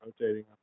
rotating